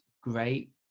great